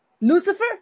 Lucifer